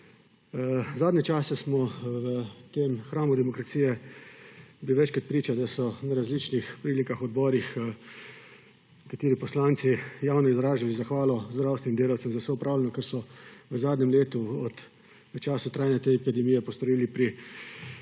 Zadnje čase smo v tem hramu demokracije bili večkrat priča, da so na različnih prilikah, odborih, nekateri poslanci javno izražali zahvalo zdravstvenim delavcem za vse opravljeno, kar so v zadnjem letu v času trajanja te epidemije postorili v